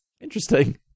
interesting